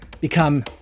become